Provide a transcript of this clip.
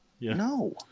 No